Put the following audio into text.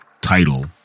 title